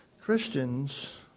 Christians